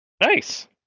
Nice